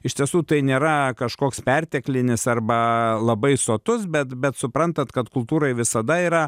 iš tiesų tai nėra kažkoks perteklinis arba labai sotus bet bet suprantat kad kultūroj visada yra